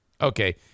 Okay